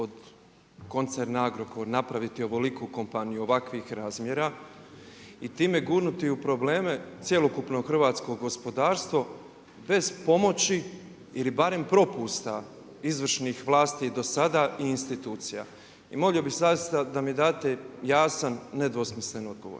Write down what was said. od koncerna Agrokor napraviti ovoliku kompaniju, ovakvih razmjera i time gurnuti u probleme cjelokupno hrvatsko gospodarstvo bez pomoći ili barem propusta izvršnih vlasti do sada i institucija? I molio bih zaista da mi date jasan, nedvosmislen odgovor.